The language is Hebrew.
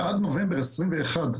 ועד נובמבר 2021,